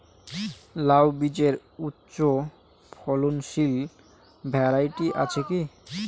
লাউ বীজের উচ্চ ফলনশীল ভ্যারাইটি আছে কী?